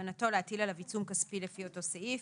ובכוונתו להטיל עליו עיצום כספי לפי אותו סעיף,